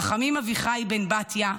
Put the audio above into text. רחמים אביחי בן בתיה,